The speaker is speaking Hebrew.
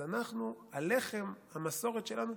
אז הלחם, המסורת שלנו,